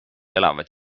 elavad